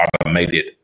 automated